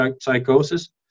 psychosis